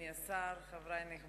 אדוני השר, חברי הנכבדים,